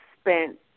spent